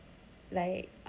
like